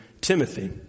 Timothy